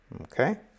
Okay